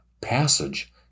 passage